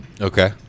okay